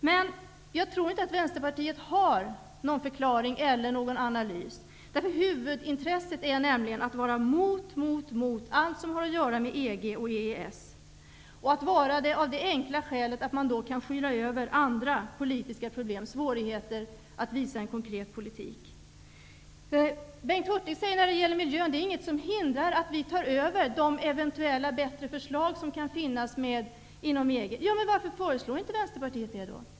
Men jag tror inte att Vänsterpartiet har någon förklaring eller någon analys. Huvudintresset är nämligen att vara mot, mot och mot allt som har att göra med EG och EES, och det av det enkla skälet att man då kan skyla över andra politiska problem och svårigheter att föra en konkret politik. Bengt Hurtig säger när det gäller miljön att det inte är något som hindrar att vi tar över de eventuella bättre förslag som kan finnas inom EG. Men varför föreslår då inte Vänsterpartiet det?